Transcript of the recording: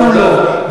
לנו לא.